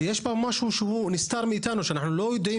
יש משהו שנסתר מאיתנו ואנחנו לא יודעים